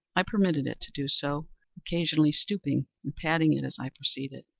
i permitted it to do so occasionally stooping and patting it as i proceeded.